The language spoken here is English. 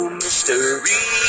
mystery